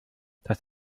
das